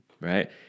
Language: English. right